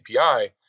CPI